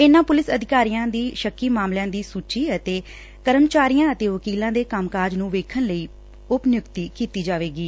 ਇਨੂਂ police ਅਧਿਕਾਰੀਆਂ ਦੀ ਸੱਕੀ ਮਾਮਲਿਆਂ ਦੀ ਸੂਚੀ ਅਤੇ ਕਰਮਚਾਰੀਆਂ ਤੇ ਵਕੀਲਾਂ ਦੇ ਕੰਮ ਕਾਜ ਨੂੰ ਵੇਖਣ ਲਈ ਉਪ ਨਿਯੁਕਤੀ ਕੀਤੀ ਜਾਵੇਗੀ